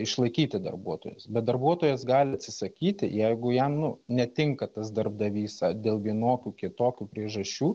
išlaikyti darbuotojus bet darbuotojas gali atsisakyti jeigu jam nu netinka tas darbdavys dėl vienokių kitokių priežasčių